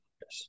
yes